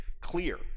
clear